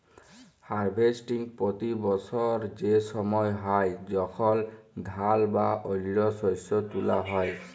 harvesting পতি বসর সে সময় হ্যয় যখল ধাল বা অল্য শস্য তুলা হ্যয়